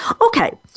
Okay